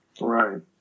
Right